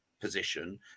position